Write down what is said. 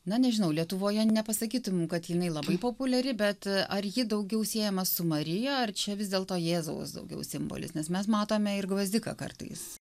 na nežinau lietuvoje nepasakytum kad jinai labai populiari bet ar ji daugiau siejama su marija ar čia vis dėlto jėzaus daugiau simbolis nes mes matome ir gvazdiką kartais